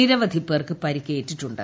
നിരവധി പേർക്ക് പരിക്കേറ്റിട്ടുണ്ട്